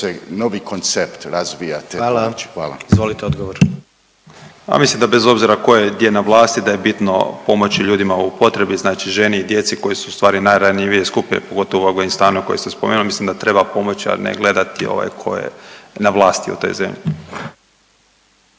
Hvala. Izvolite odgovor.